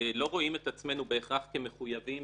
לא רואים את עצמנו בהכרח כמחויבים